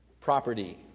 Property